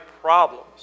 problems